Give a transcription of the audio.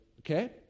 okay